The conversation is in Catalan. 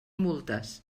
multes